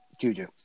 Juju